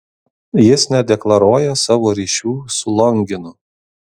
jis nedeklaruoja savo ryšių su longinu